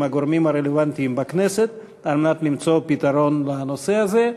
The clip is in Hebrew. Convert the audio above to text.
הגורמים הרלוונטיים בכנסת על מנת למצוא פתרון בנושא הזה.